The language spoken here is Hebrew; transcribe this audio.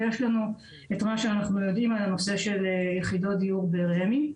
ויש לנו את מה שאנחנו יודעים על יחידות דיור ברמ"י.